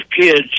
kids